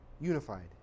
Unified